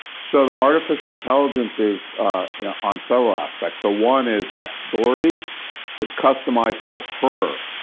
so the artificial intelligence is on several aspects. so one is that story is customized to her.